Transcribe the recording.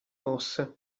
mosse